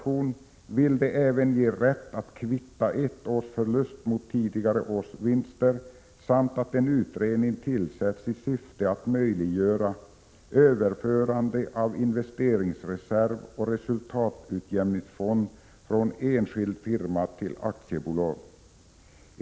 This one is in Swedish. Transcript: De vill även ge rätt att kvitta ett års förluster mot tidigare års vinster samt att en utredning tillsätts i syfte att möjliggöra överförande av investeringsreserv och resultatutjämningsfond från enskild firma till aktiebolag.